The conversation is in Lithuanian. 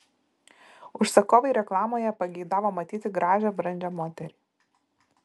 užsakovai reklamoje pageidavo matyti gražią brandžią moterį